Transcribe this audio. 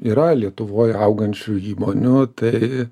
yra lietuvoj augančių įmonių tai